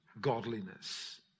godliness